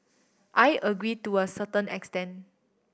I agree to a certain extent